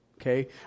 okay